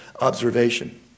observation